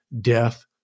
death